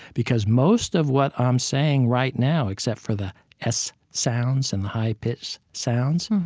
because most of what i'm saying right now, except for the s sounds and the high-pitched sounds,